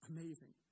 Amazing